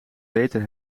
beter